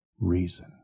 reason